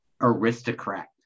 aristocrat